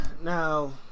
Now